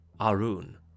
Arun